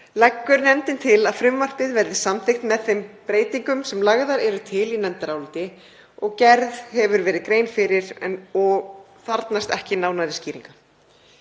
leggur nefndin til að frumvarpið verði samþykkt með þeim breytingum sem lagðar eru til í nefndaráliti og gerð hefur verið grein fyrir og þarfnast ekki nánari skýringa.